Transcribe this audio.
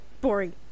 boring